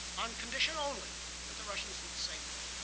on condition only that the russians do the same thing.